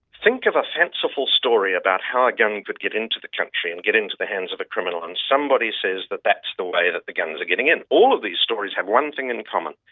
think of a fanciful story about how a gun could get into the country and get into the hands of a criminal, and somebody says that that's the way that the guns are getting in. all of these stories have one thing in common,